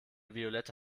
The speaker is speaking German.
violette